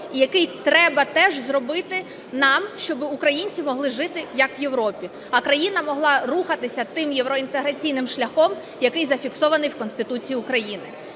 і який треба теж зробити нам, щоб українці могли жити, як в Європі, а країна могла рухатись тим євроінтеграційним шляхом, який зареєстрованим шляхом, який